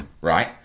right